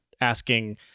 asking